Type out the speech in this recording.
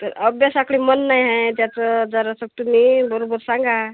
तर अभ्यासाकडे मन नाही आहे त्याचं जरासं तुम्ही बरोबर सांगा